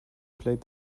played